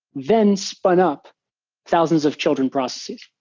then spun up thousands of children processes.